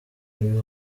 ibi